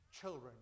children